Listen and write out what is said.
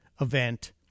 event